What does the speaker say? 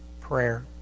prayer